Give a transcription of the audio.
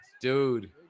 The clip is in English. Dude